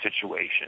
situation